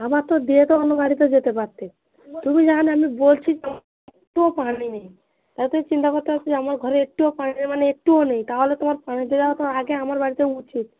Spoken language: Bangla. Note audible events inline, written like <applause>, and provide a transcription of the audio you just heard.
আমার তো দিয়ে তো অন্য বাড়িতে যেতে পারতে তুমি জানো আমি বলছি তো <unintelligible> একটুও পানি নেই তাতে চিন্তা করতে হচ্ছে যে আমার ঘরে একটুও পানি নেই মানে একটুও নেই তাহলে তোমার পানি দেওয়া তো আগে আমার বাড়িতে উচিত